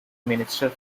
minister